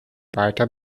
weiter